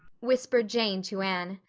whispered jane to anne.